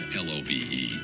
love